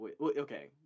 Okay